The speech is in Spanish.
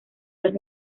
las